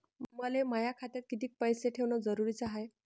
मले माया खात्यात कितीक पैसे ठेवण जरुरीच हाय?